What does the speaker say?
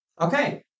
Okay